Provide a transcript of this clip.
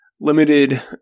limited